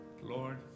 Lord